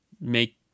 make